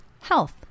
health